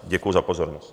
Děkuji za pozornost.